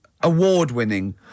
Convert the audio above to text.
award-winning